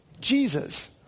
Jesus